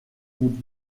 gut